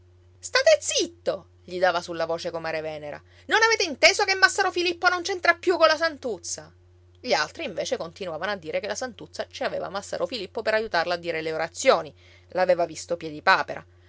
state zitto gli dava sulla voce comare venera non avete inteso che massaro filippo non c'entra più colla santuzza gli altri invece continuavano a dire che la santuzza ci aveva massaro filippo per aiutarla a dire le orazioni l'aveva visto